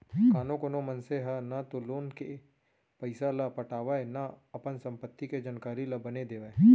कानो कोनो मनसे ह न तो लोन के पइसा ल पटावय न अपन संपत्ति के जानकारी ल बने देवय